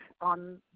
on